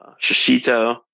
shishito